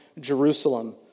Jerusalem